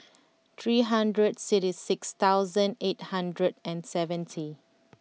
three hundred sixty six thousand eight hundred and seventy